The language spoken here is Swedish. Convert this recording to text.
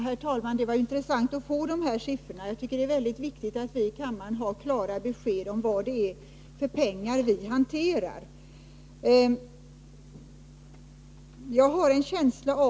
Herr talman! Det var intressant att få de här siffrorna. Jag tycker att det är väldigt viktigt att vi i kammaren får klara besked om vad det är för pengar vi hanterar.